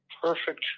perfect